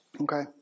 okay